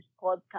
podcast